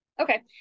Okay